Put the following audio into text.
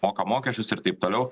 moka mokesčius ir taip toliau